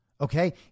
Okay